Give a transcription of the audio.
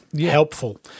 helpful